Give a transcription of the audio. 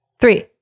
Three